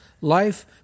Life